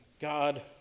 God